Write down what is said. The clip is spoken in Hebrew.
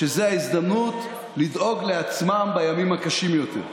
וזאת ההזדמנות לדאוג לעצמם בימים הקשים יותר.